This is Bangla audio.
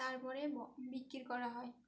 তারপরে বিক্রি করা হয়